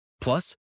Plus